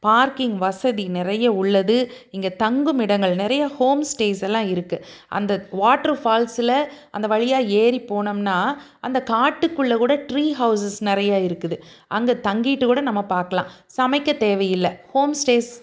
parking வசதி நிறைய உள்ளது இங்கே தங்கும் இடங்கள் நிறைய ஹோம் ஸ்டேஸ் எல்லாம் இருக்குது அந்த வாட்ரு ஃபால்ஸில் அந்த வழியாக ஏறி போனோம்னா அந்த காட்டுக்குள்ளே கூட ட்ரீ ஹௌசஸ் நிறையா இருக்குது அங்கே தங்கிட்டு கூட நம்ம பார்க்கலாம் சமைக்க தேவையில்லை ஹோம் ஸ்டேஸ்